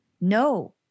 no